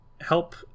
help